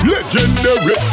Legendary